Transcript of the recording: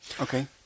Okay